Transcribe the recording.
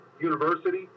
university